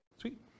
Sweet